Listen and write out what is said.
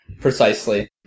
precisely